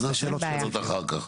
שאלות אחר כך.